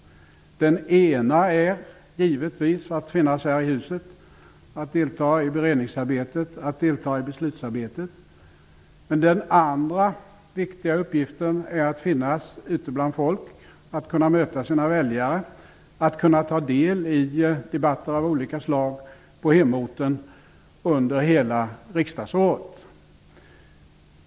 Den ena är givetvis att finnas här i huset och delta i beredningsarbetet och i besluten. Den andra viktiga uppgiften är att finnas ute bland folk, att kunna möta sina väljare, att kunna ta del i debatter av olika slag på hemorten under hela riksdagsåret.